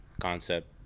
concept